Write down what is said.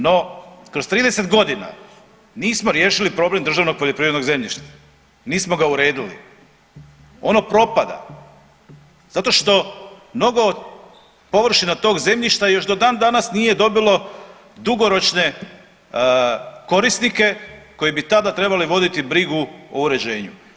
No, kroz 30 godina nismo riješili problem državnog poljoprivrednog zemljišta, nismo ga uredili, ono propada zato što mnogo površina tog zemljišta još do dan danas nije dobilo dugoročne korisnike koji bi tada trebali voditi brigu o uređenju.